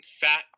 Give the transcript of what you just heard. fat